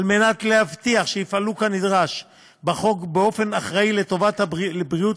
מנת להבטיח שיפעלו כנדרש בחוק ובאופן אחראי לטובת בריאות